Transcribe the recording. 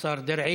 לשר דרעי.